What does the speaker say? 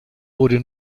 wurde